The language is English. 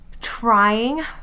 trying